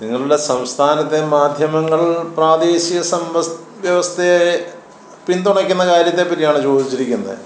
നിങ്ങളുടെ സംസ്ഥാനത്തെ മാധ്യമങ്ങൾ പ്രാദേശിക സാമ്പദ് വ്യവസ്ഥയെ പിന്തുണക്കുന്ന കാര്യത്തെ പറ്റിയാണ് ചോദിച്ചിരിക്കുന്നത്